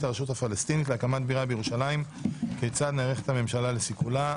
הרשות הפלסטינית להקמת בירה בירושלים כיצד נערכת הממשלה לסיכולה".